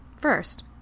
first